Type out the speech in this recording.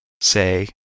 Say